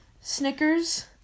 Snickers